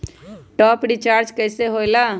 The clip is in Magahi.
टाँप अप रिचार्ज कइसे होएला?